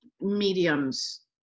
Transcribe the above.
mediums